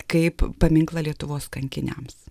kaip paminklą lietuvos kankiniams